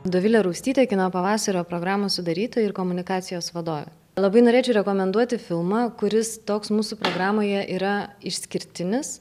dovilė raustytė kino pavasario programos sudarytoja ir komunikacijos vadovė labai norėčiau rekomenduoti filmą kuris toks mūsų programoje yra išskirtinis